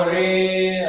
a